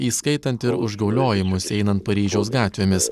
įskaitant ir užgauliojimus einant paryžiaus gatvėmis